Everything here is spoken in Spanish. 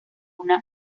una